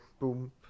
boom